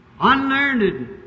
unlearned